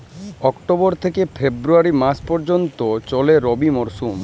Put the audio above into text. October থেকে February মাস পর্যন্ত চলে রবি মরসুম